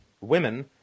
women